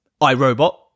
iRobot